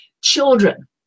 Children